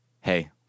hey